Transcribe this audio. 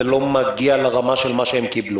זה לא מגיע לרמה של מה שהם קיבלו.